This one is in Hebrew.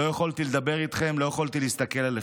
לא יכולתי לדבר איתכם, לא יכולתי להסתכל עליכם.